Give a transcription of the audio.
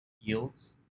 yields